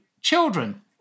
children